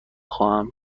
خواهم